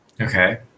Okay